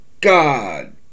God